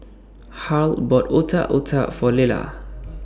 Harl bought Otak Otak For Lelah